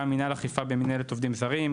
גם מנהל אכיפה במנהלת עובדים זרים,